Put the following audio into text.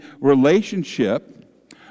relationship